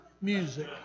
music